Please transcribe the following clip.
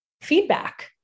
feedback